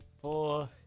four